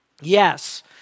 Yes